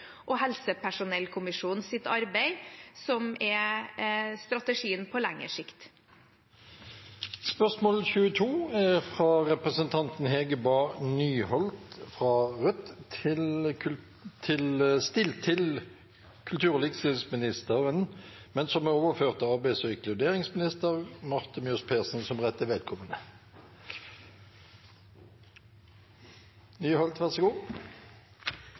arbeid, som er strategien på lengre sikt. Dette spørsmålet, fra representanten Hege Bae Nyholt til kultur- og likestillingsministeren, er overført til arbeids- og inkluderingsministeren som rette vedkommende. Mitt spørsmål er: